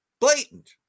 Blatant